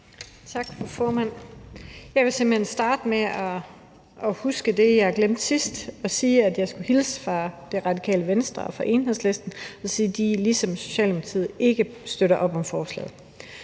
Tak, fru formand. Jeg vil simpelt hen starte med det, jeg glemte sidst, nemlig at sige, at jeg skulle hilse fra Det Radikale Venstre og fra Enhedslisten og sige, at de ligesom Socialdemokratiet ikke støtter op om forslaget.